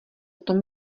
tom